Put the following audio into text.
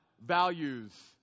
values